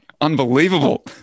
Unbelievable